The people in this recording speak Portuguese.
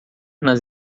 nas